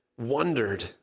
wondered